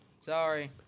Sorry